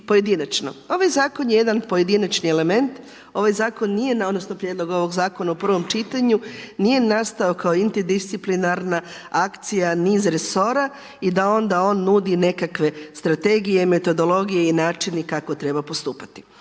pojedinačno. Ovaj Zakon je jedan pojedinačni element, ovaj Zakon nije, odnosno Prijedlog ovog Zakona u prvom čitanju nije nastao kao interdisciplinarna akcija niz resora i da onda on nudi nekakve strategije, metodologije i načine kako treba postupati.